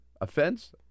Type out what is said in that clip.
offense